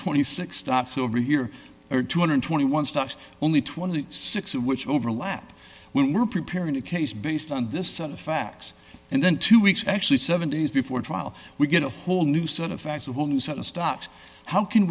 twenty six stops over here are two hundred and twenty one stocks only twenty six of which overlap when we're preparing a case based on this set of facts and then two weeks actually seven days before trial we get a whole new set of facts a whole new set of stocks how can